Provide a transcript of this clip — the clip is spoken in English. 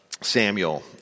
Samuel